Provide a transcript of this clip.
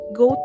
go